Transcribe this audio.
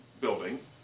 building